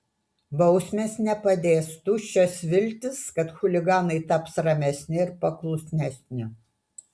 bausmės nepadės tuščios viltys kad chuliganai taps ramesni ir paklusnesni